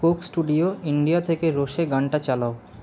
Coke Studio India থেকে রোশে গানটা চালাও